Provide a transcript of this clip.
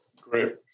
Great